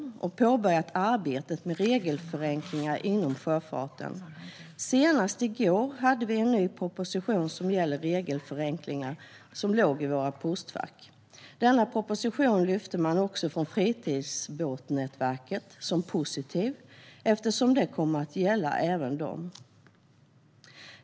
Man har också påbörjat arbetet med regelförenklingar inom sjöfarten. Senast i går låg det en ny proposition om regelförenklingar i våra postfack. Denna proposition ansåg man också från fritidsbåtsnätverket som positiv, eftersom regelförenklingarna kommer att gälla även det.